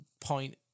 point